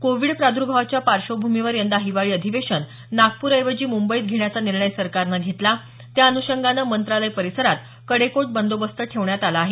Covid प्रादर्भावाच्या पार्श्वभूमीवर यंदा हिवाळी अधिवेशन नागपूर ऐवजी मुंबईत घेण्याचा निर्णय सरकारनं घेतला त्या अनुषंगानं मंत्रालय परिसरात कडेकोट बंदोबस्त ठेवण्यात आला आहे